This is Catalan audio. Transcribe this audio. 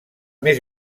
més